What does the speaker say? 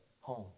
home